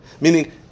meaning